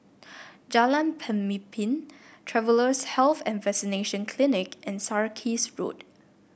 Jalan Pemimpin Travellers' Health and Vaccination Clinic and Sarkies Road